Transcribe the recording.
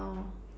!wow!